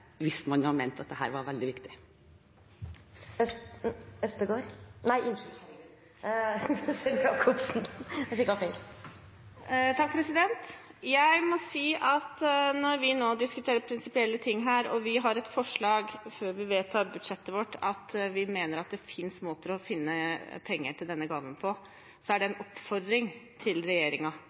hvis man hadde ment at dette var veldig viktig? Jeg må si at når vi nå diskuterer prinsipielle ting her og har et forslag – før vi vedtar budsjettet vårt – om at vi mener det finnes måter å finne penger til denne gaven på, er det en oppfordring til